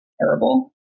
terrible